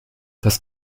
das